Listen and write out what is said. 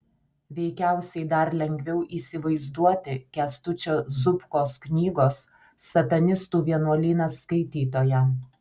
veikiausiai dar lengviau įsivaizduoti kęstučio zubkos knygos satanistų vienuolynas skaitytoją